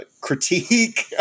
critique